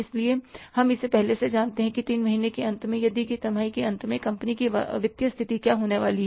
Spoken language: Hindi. इसलिए हम इसे पहले से जानते हैं कि 3 महीने के अंत में या दी गई तिमाही के अंत में कंपनी की वित्तीय स्थिति क्या होने वाली है